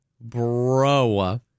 Bro